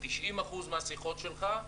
90% מהשיחות שלך,